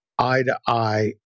eye-to-eye